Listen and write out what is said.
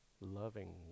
Loving